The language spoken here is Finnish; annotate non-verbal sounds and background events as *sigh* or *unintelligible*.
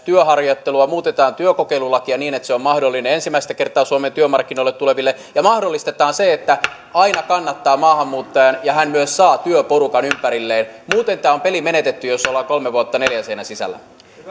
*unintelligible* työharjoittelua muutetaan työkokeilulakia niin että se on mahdollinen ensimmäistä kertaa suomen työmarkkinoille tuleville ja mahdollistetaan se että aina kannattaa maahanmuuttajan tehdä työtä ja hän myös saa työporukan ympärilleen muuten tämä peli on menetetty jos ollaan kolme vuotta neljän seinän sisällä